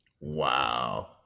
wow